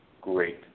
Great